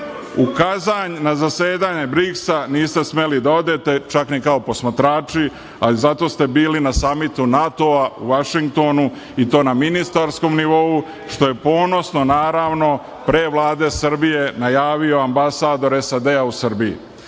Kazanj na zasedanje BRIKS-a niste smeli da odete, čak ni kao posmatrači, ali zato ste bili na samitu NATO-a u Vašingtonu, i to na ministarskom nivou, što je ponosno, naravno, pre Vlade Srbije najavio ambasador SAD-a u Srbiji.